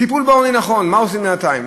טיפול בעוני, נכון, מה עושים בינתיים?